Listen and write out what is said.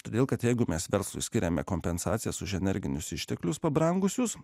todėl kad jeigu mes verslui skiriame kompensacijas už energinius išteklius pabrangusius